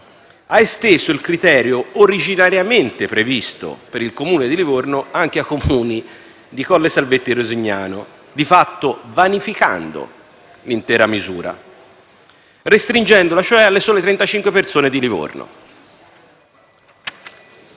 ha esteso il criterio, originariamente previsto per il comune di Livorno, anche ai confini di Collesalvetti e Rosignano, di fatto vanificando l'intera misura, restringendola cioè alle sole 35 persone di Livorno.